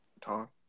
Talk